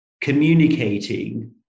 communicating